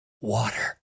water